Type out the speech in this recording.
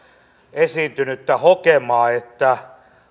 esiintynyttä hokemaa että